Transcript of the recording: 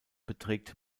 beträgt